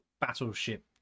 Battleship